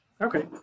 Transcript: Okay